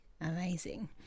Amazing